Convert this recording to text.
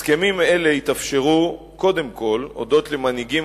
הסכמים אלה התאפשרו קודם כול הודות למנהיגים